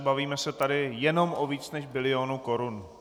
Bavíme se tady jenom o víc než bilionu korun.